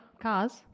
Cars